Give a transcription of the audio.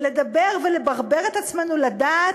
ולדבר ולברבר את עצמנו לדעת,